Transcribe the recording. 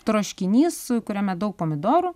troškinys kuriame daug pomidorų